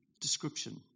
description